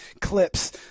clips